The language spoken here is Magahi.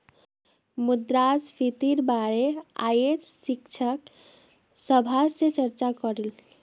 मुद्रास्फीतिर बारे अयेज शिक्षक सभा से चर्चा करिल